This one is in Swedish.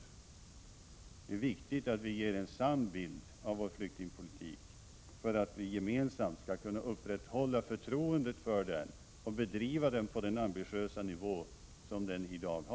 Det är viktigt att ge en sann bild av svensk flyktingpolitik, för att vi gemensamt skall kunna upprätthålla förtroendet för den och bedriva den på samma ambitiösa nivå som i dag.